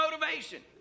motivation